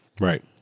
Right